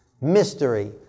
Mystery